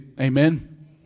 Amen